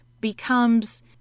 becomes